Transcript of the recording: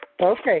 Okay